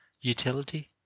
utility